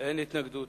אין התנגדות.